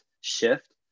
shift